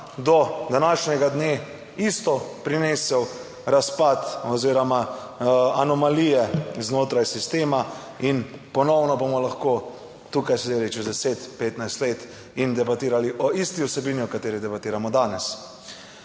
do današnjega dne isto prinesel razpad oziroma anomalije znotraj sistema in ponovno bomo lahko tukaj sedeli čez 10, 15 let in debatirali o isti vsebini, o kateri debatiramo danes.